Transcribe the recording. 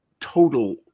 total